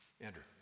Andrew